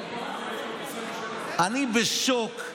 אני בשוק.